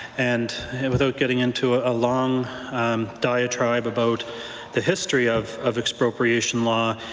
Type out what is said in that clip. and without getting into a long um diatribe about the history of of expropriation law.